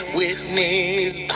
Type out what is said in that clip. Whitney's